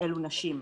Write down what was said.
אלו נשים.